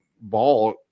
ball